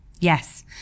Yes